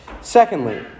Secondly